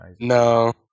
No